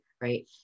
right